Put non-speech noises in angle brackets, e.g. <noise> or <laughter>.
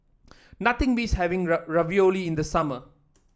nothing beats having <unintelligible> Ravioli in the summer